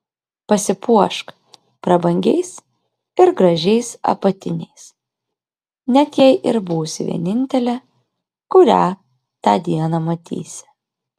pasipuošk prabangiais ir gražiais apatiniais net jei ir būsi vienintelė kurią tą dieną matysi